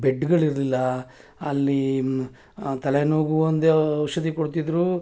ಬೆಡ್ಗಳಿರಲಿಲ್ಲ ಅಲ್ಲಿ ತಲೆನೋವಿಗೂ ಒಂದೇ ಔಷಧಿ ಕೊಡ್ತಿದ್ದರು